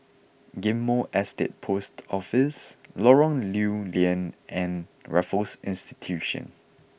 Ghim Moh Estate Post Office Lorong Lew Lian and Raffles Institution